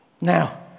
now